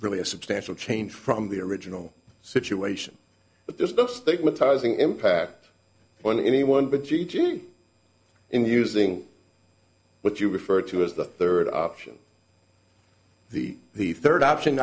really a substantial change from the original situation but there's no stigmatizing impact on anyone but eugene in using what you refer to as the third option the the third option